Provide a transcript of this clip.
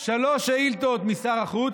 שלוש שאילתות לשר החוץ,